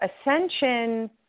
Ascension